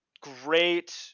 great